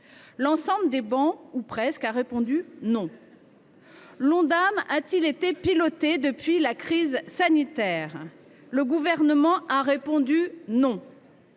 L’ensemble des travées, ou presque, ont répondu « non ». L’Ondam a t il été piloté depuis la crise sanitaire ? Le Gouvernement a répondu « non